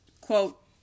quote